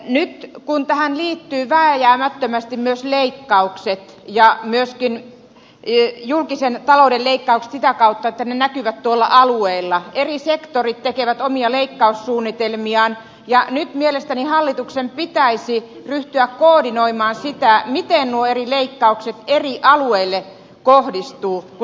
nyt kun tähän liittyvät vääjäämättömästi myös leikkaukset ja myöskin julkisen talouden leikkaukset sitä kautta että ne näkyvät tuolla alueilla eri sektorit tekevät omia leikkaussuunnitelmiaan niin nyt mielestäni hallituksen pitäisi ryhtyä koordinoimaan sitä miten nuo eri leikkaukset eri alueille kohdistuvat